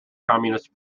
communist